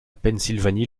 pennsylvanie